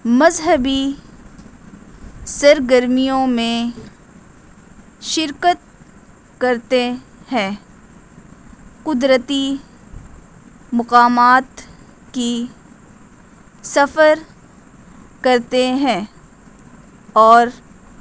مذہبی سرگرمیوں میں شرکت کرتے ہیں قدرتی مقامات کی سفر کرتے ہیں اور